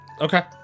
Okay